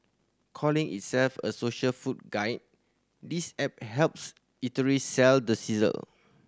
calling itself a social food guide this app helps eateries sell the sizzle